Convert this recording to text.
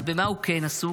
אז במה הוא כן עסוק?